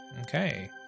Okay